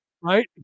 right